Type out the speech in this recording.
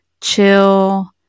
chill